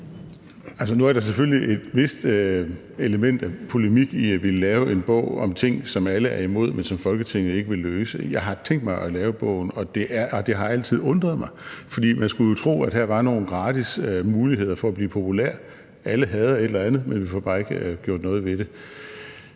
nu er der selvfølgelig et vist element af polemik i at ville lave en bog om ting, som alle er imod, men som Folketinget ikke vil løse. Jeg har tænkt mig at lave bogen, for det har altid undret mig, for man skulle tro, at her var nogle gratis muligheder for at blive populær. Alle hader et eller andet, men vi får bare ikke gjort noget ved det.